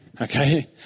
Okay